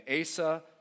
Asa